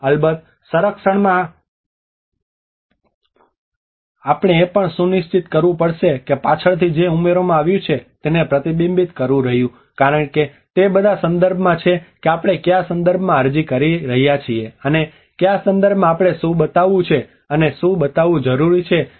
અલબત્ત સંરક્ષણમાં આપણે એ પણ સુનિશ્ચિત કરવું પડશે કે પાછળથી જે ઉમેરવામાં આવ્યું છે તે તેને પ્રતિબિંબિત કરવું રહ્યું કારણ કે તે બધા સંદર્ભમાં છે કે આપણે કયા સંદર્ભમાં અરજી કરી રહ્યા છીએ અને કયા સંદર્ભમાં આપણે શું બતાવવું છે અને શું બતાવવું જરૂરી છે તે છે